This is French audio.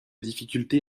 difficulté